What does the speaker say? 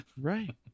Right